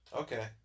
okay